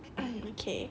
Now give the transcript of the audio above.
mm okay